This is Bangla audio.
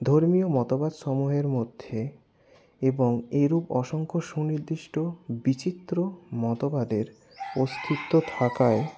ধর্মীয় মতবাদ সমূহের মধ্যে এবং এইরূপ অসংখ্য সুনির্দিষ্ট বিচিত্র মতবাদের অস্তিত্ব থাকায়